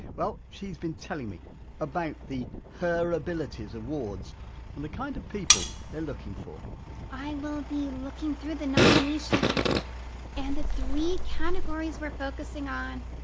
well, she's been telling me about the her abilities awards and the kind of people they're looking for i will be looking through the nominations and the three categories we're focusing on.